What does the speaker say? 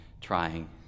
trying